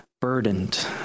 burdened